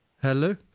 Hello